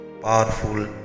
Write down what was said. powerful